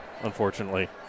unfortunately